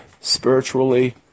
spiritually